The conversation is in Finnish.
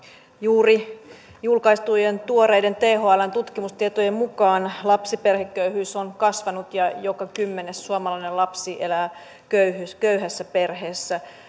juuri julkaistujen tuoreiden thln tutkimustietojen mukaan lapsiperheköyhyys on kasvanut ja joka kymmenes suomalainen lapsi elää köyhässä perheessä